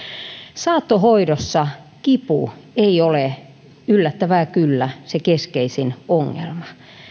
saattohoidossa kipu ei ole yllättävää kyllä se keskeisin ongelma